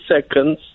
seconds